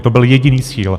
To byl jediný cíl.